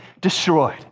destroyed